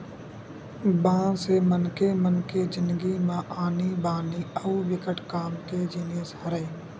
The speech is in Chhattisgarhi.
बांस ह मनखे मन के जिनगी म आनी बानी अउ बिकट काम के जिनिस हरय